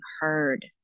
heard